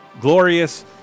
glorious